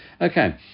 okay